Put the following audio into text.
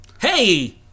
hey